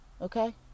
Okay